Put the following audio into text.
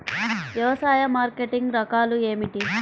వ్యవసాయ మార్కెటింగ్ రకాలు ఏమిటి?